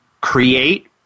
create